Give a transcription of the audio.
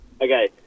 Okay